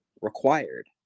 required